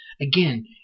again